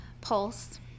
Pulse